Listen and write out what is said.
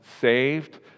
saved